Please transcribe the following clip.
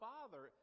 Father